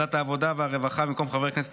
בוועדת העבודה והרווחה במקום חבר הכנסת